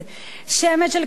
שמץ של כבוד עצמי,